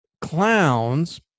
clowns